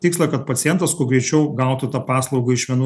tikslą kad pacientas kuo greičiau gautų tą paslaugą iš vienų